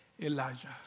Elijah